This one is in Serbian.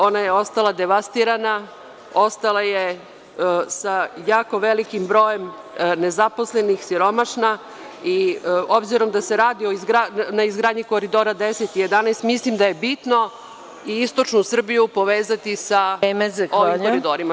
Ona je ostala devastirana, ostala je sa jako veliki brojem nezaposlenih, siromašna i, obzirom da se radi na izgradnji Koridora 10 i 11, mislim da je bitno i istočnu Srbiju povezati sa ovim koridorima.